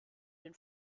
den